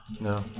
No